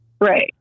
Right